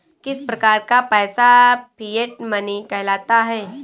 किस प्रकार का पैसा फिएट मनी कहलाता है?